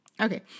Okay